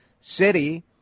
City